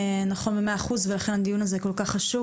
נכון במאה אחוז ולכן הדיון הזה כול כך חשוב